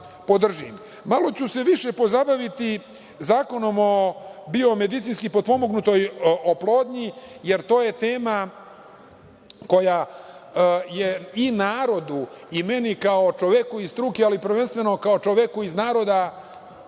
ću se više pozabaviti zakonom o biomedicinski potpomognutoj oplodnji, jer je to tema koja je i narodu i meni kao čoveku iz struke, ali prvenstveno kao čoveku iz naroda